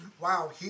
Wow